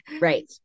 Right